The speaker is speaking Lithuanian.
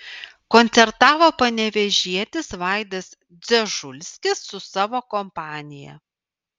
koncertavo panevėžietis vaidas dzežulskis su savo kompanija